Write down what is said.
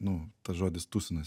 nu tas žodis tusinasi